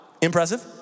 Impressive